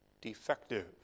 defective